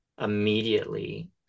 immediately